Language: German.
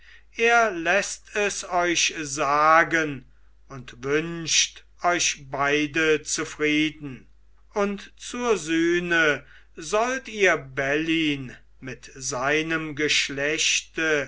er läßt es euch sagen und wünscht euch beide zufrieden und zur sühne sollt ihr bellyn mit seinem geschlechte